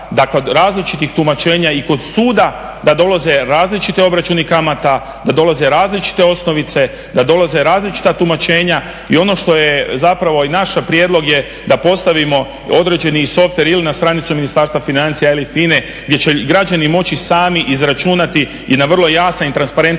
da kod različitih tumačenja i kod suda da dolaze različiti obračuni kamata, da dolaze različite osnovice, da dolaze različita tumačenja i ono što je zapravo i naš prijedlog je da postavimo određeni softver ili na stranicu Ministarstva financija ili FINA-e gdje će građani moći sami izračunati i na vrlo jasan i transparentan